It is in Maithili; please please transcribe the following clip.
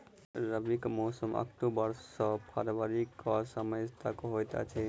रबीक मौसम अक्टूबर सँ फरबरी क समय होइत अछि